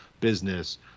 business